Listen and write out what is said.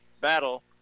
battle